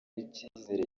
icyizere